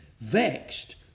vexed